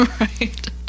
Right